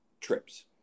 trips